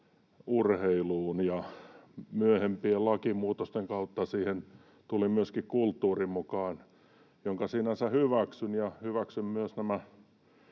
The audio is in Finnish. urheiluun. Myöhempien lakimuutosten kautta siihen tuli myöskin kulttuuri mukaan, minkä sinänsä hyväksyn ja hyväksyn myös nämä